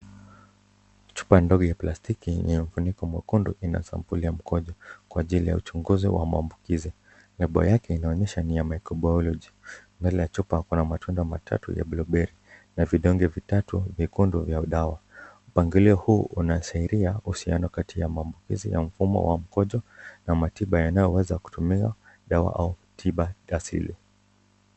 chupa ndogo ya plastiki yenye inafuniko mwekundu inasampuli ya mkojo kwa ajili ya uchunguzi ya maambukizi, lembo yake inaonyesha ni ya microbiology . Mbele ya chupa kuna matunda matatu ya blue berry na vidonge vitatu vyekundu vya dawa. Huu unasharia usiano kati maambukizi ya mfumo wa mkojo na matiba yanayo weza kutumiawa dawa au tiba asili.